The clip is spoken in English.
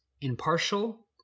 impartial